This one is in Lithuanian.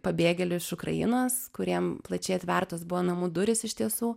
pabėgėlių iš ukrainos kuriem plačiai atvertos buvo namų durys iš tiesų